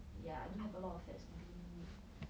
yeah I do have a lot of fats to begin with